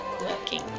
working